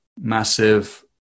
massive